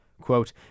Quote